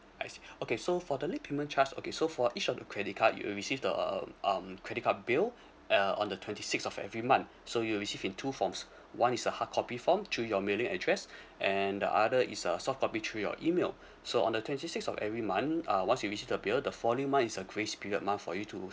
I see okay so for the late payment charge okay so for each of the credit card you will receive the um um credit card bill uh on the twenty sixth of every month so you'll receive in two forms one is a hard copy form through your mailing address and the other is a soft copy through your email so on the twenty sixth of every month uh once you receive the bill the following months is uh grace period month for you to